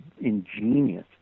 ingenious